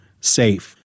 safe